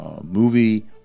movie